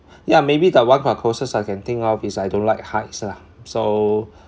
yeah maybe that one I got closest I can think of is I don't like heights lah so